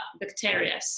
bacteria